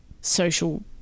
social